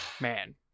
Man